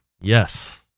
Yes